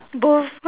both